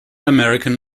american